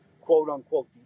quote-unquote